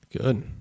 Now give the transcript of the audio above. Good